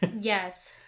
yes